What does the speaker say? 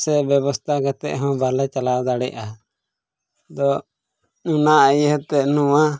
ᱥᱮ ᱵᱮᱵᱚᱥᱛᱷᱟ ᱠᱟᱛᱮᱫ ᱦᱚᱸ ᱵᱟᱞᱮ ᱪᱟᱞᱟᱣ ᱫᱟᱲᱮᱭᱟᱜᱼᱟ ᱟᱫᱚ ᱚᱱᱟ ᱤᱭᱟᱹᱛᱮ ᱱᱚᱣᱟ